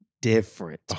Different